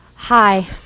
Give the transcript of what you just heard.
Hi